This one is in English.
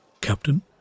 Captain